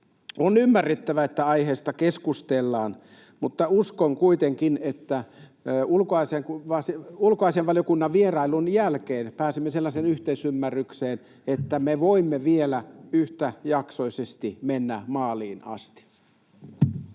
On ymmärrettävää, että aiheesta keskustellaan, mutta uskon kuitenkin, että ulkoasiainvaliokunnan vierailun jälkeen pääsemme sellaiseen yhteisymmärrykseen, että me voimme vielä yhtäjaksoisesti mennä maaliin asti.